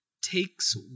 takes